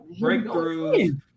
breakthroughs